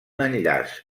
enllaç